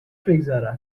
بگذرد